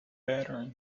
pattern